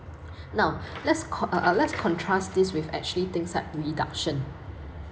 now let's con~ uh let's contrast this with actually things like reduction